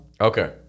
Okay